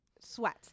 sweat